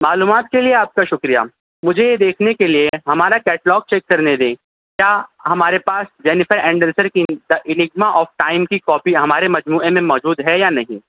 معلومات کے لیے آپ کا شکریہ مجھے یہ دیکھنے کے لیے ہمارا کیٹلاگ چیک کرنے دیں کیا ہمارے پاس جنیفر اینڈرسن کی دا انگما آف ٹائم کی کاپی یہ ہمارے مجموعے میں موجود ہے یا نہیں